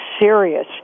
serious